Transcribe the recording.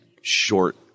short